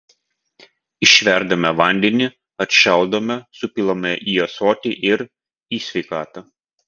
išverdame vandenį atšaldome supilame į ąsotį ir į sveikatą